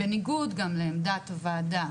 בניגוד גם לעמדת הוועדה,